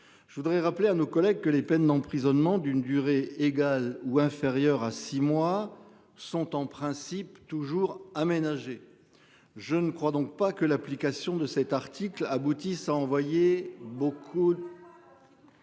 Je voudrais rappeler à nos collègues que les peines d'emprisonnement, d'une durée égale ou inférieure à 6 mois sont en principe toujours aménagée. Je ne crois donc pas que l'application de cet article aboutissent à envoyer beaucoup.